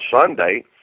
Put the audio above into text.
Sunday